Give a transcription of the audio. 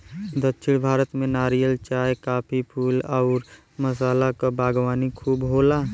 दक्षिण भारत में नारियल, चाय, काफी, फूल आउर मसाला क बागवानी खूब होला